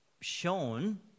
shown